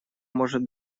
может